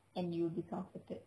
and you will be comforted